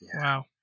Wow